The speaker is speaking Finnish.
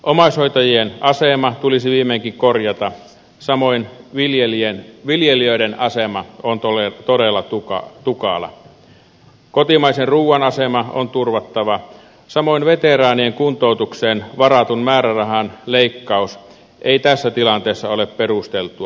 omaishoitajien asema tulisi viimeinkin korjata samoin viljelijöiden asema on todella tukala kotimaisen ruuan asema on turvattava samoin veteraanien kuntoutukseen varatun määrärahan leikkaus ei tässä tilanteessa ole perusteltua